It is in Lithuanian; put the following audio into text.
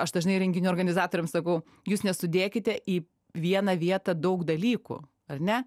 aš dažnai renginių organizatoriams sakau jūs nesudėkite į vieną vietą daug dalykų ar ne